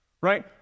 right